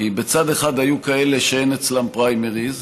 כי בצד אחד היו כאלה שאין אצלם פריימריז,